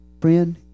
Friend